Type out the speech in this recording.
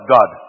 God